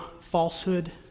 falsehood